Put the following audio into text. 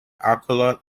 accolades